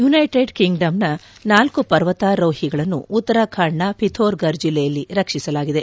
United ಕಿಂಗ್ಡಮ್ನ ನಾಲ್ಕು ಪರ್ವತಾರೋಹಿಗಳನ್ನು ಉತ್ತರಾಖಂಡ್ನ ಪಿಥೋರ್ಫರ್ ಜಿಲ್ಲೆಯಲ್ಲಿ ರಕ್ಷಿಸಲಾಗಿದೆ